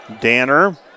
Danner